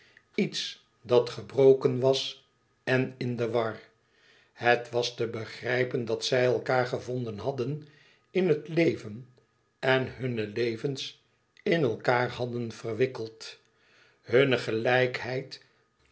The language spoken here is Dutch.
iets dat gebroken was en in de war het was te begrijpen dat zij elkaâr gevonden hadden in het leven en hunne levens in elkaâr hadden verwikkeld hunne gelijkheid